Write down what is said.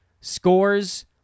Scores